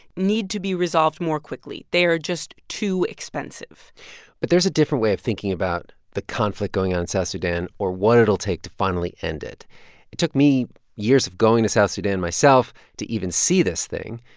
need to be resolved more quickly. they are just too expensive but there's a different way of thinking about the conflict going on in south sudan or what it'll take to finally end it. it took me years of going to south sudan myself to even see this thing.